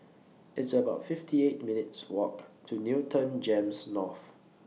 It's about fifty eight minutes' Walk to Newton Gems North